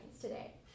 today